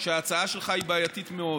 שההצעה שלך היא בעייתית מאוד,